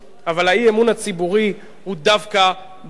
אבל האי-אמון הציבורי הוא דווקא בכם.